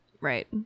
Right